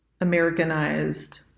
Americanized